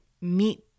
meet